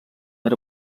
era